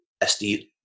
SD